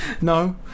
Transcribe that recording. no